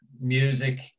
music